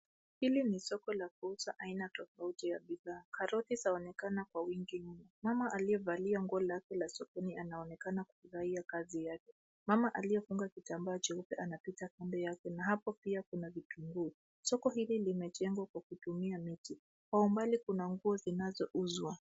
Hili ni soko la kuuza aina tofauti ya bidhaa. Karoti zaonekana kwa wingi mno. Mama aliyevalia nguo lake la sokoni anaonekana kufurahia kazi yake. Mama aliyefunga kitambaa cheupe anapita kando yake na hapo pia kuna vitunguu. Soko hili limejengwa kwa kutumia miti. Kwa umbali kuna nguo zinazouzwa.